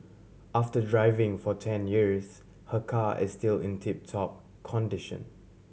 after driving for ten years her car is still in tip top condition